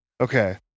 Okay